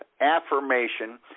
affirmation